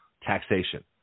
taxation